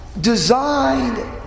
designed